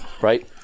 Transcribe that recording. Right